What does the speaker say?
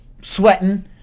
sweating